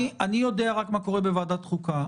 אני יודע רק מה קורה בוועדת החוקה.